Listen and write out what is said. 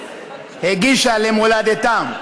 הגישה למולדתה.